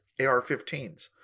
AR-15s